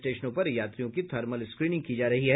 स्टेशनों पर यात्रियों की थर्मल स्क्रीनिंक की जा रही है